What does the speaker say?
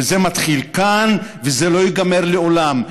וזה מתחיל כאן וזה לא ייגמר לעולם.